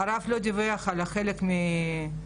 הרב לא דיווח על חלק מהיעדרותו,